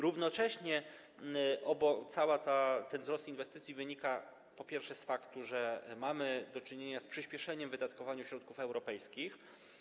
Równocześnie cały ten wzrost inwestycji wynika po pierwsze, z faktu, że mamy do czynienia z przyspieszeniem wydatkowania środków europejskich.